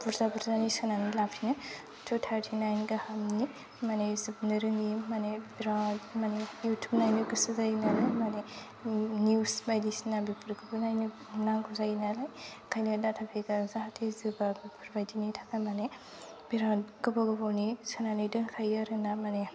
बुरजा बुरजानि सोनानै लाफिनो टु थार्टि नाइन गाहामनि माने जोबनो रोङि माने बिरात माने युटुब नायनो गोसो जायो आरो माने निउस बायदिसिना बेफोरखौबो नायनो नांगौ जायो नालाय ओंखायनो डाटा पेकआ जाहाथे जोबा बेफोरबायदिनि थाखाय माने बिरात गोबाव गोबावनि सोनानै दोनखायो आरोना माने